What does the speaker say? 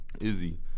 Izzy